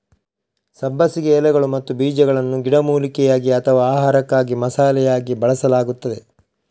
ಸಬ್ಬಸಿಗೆ ಎಲೆಗಳು ಮತ್ತು ಬೀಜಗಳನ್ನು ಗಿಡಮೂಲಿಕೆಯಾಗಿ ಅಥವಾ ಆಹಾರಕ್ಕಾಗಿ ಮಸಾಲೆಯಾಗಿ ಬಳಸಲಾಗುತ್ತದೆ